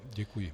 Děkuji.